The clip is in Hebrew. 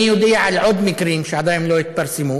אני יודע על עוד מקרים שעדיין לא התפרסמו,